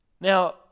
Now